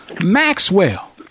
Maxwell